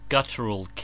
Guttural